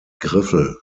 griffel